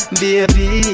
baby